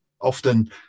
often